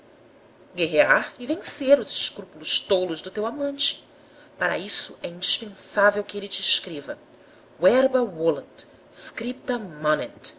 guerrear e vencer os escrúpulos tolos do teu amante para isso é indispensável que ele te escreva verba